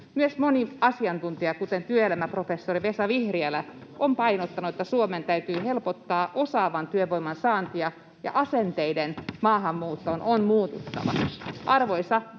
Myös moni asiantuntija, kuten työelämäprofessori Vesa Vihriälä, on painottanut, että Suomen täytyy helpottaa osaavan työvoiman saantia ja asenteiden maahanmuuttoon on muututtava. Arvoisa työministeri